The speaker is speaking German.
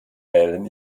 wählen